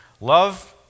Love